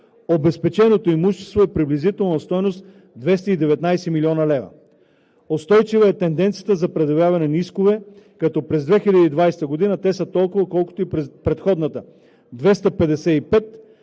Обезпеченото имущество е приблизително на стойност 219 млн. лв. Устойчива е тенденцията за предявяване на искове, като през 2020 г. те са толкова, колкото и през предходната – 255, като